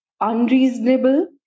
unreasonable